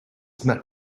met